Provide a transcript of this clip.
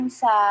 sa